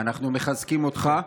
ואנחנו מחזקים אותך,